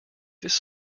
this